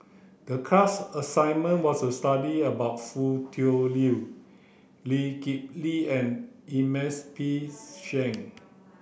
the class assignment was to study about Foo Tui Liew Lee Kip Lee and Ernest P Shank